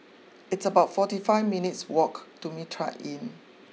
it's about forty five minutes' walk to Mitraa Inn